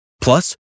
Plus